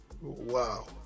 Wow